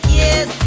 yes